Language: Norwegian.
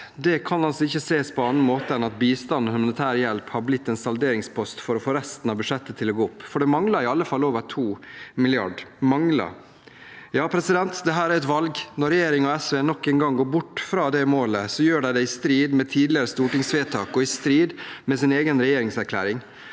Det kan ikke ses på en annen måte enn at bistand og humanitær hjelp har blitt en salderingspost for å få resten av budsjettet til å gå opp. Det mangler i alle fall over 2 mrd. kr – mangler. Dette er et valg. Når regjeringen og SV nok en gang går bort fra det målet, gjør de det i strid med tidligere stortingsvedtak og i strid med sin egen regjeringserklæring.